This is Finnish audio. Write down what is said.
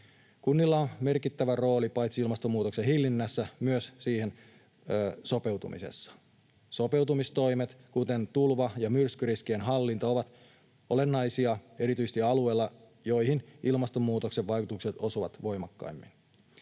Kunnilla on merkittävä rooli paitsi ilmastonmuutoksen hillinnässä myös siihen sopeutumisessa. Sopeutumistoimet, kuten tulva- ja myrskyriskien hallinta, ovat olennaisia erityisesti alueilla, joihin ilmastonmuutoksen vaikutukset osuvat voimakkaimmin.